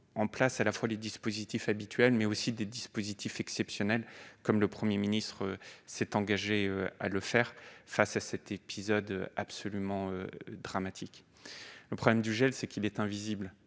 en place non seulement les dispositifs habituels, mais également des dispositifs exceptionnels- le Premier ministre s'y est engagé -face à cet épisode absolument dramatique. Le problème du gel est qu'il est invisible.